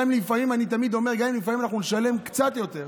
אני תמיד אומר שגם אם לפעמים נשלם קצת יותר,